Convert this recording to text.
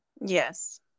yes